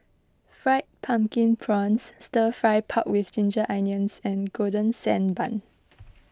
Fried Pumpkin Prawns Stir Fry Pork with Ginger Onions and Golden Sand Bun